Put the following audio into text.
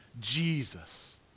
Jesus